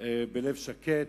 בלב שקט.